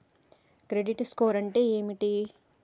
Credit score అంటే ఏమిటి?